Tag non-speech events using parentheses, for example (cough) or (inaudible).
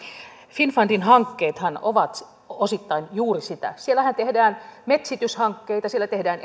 finnfundin hankkeethan ovat osittain juuri sitä siellähän tehdään metsityshankkeita siellä tehdään (unintelligible)